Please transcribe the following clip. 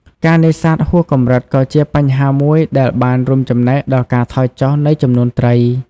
ការនេសាទហួសកម្រិតក៏ជាបញ្ហាមួយដែលបានរួមចំណែកដល់ការថយចុះនៃចំនួនត្រី។